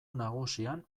nagusian